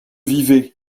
vivaient